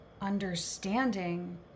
understanding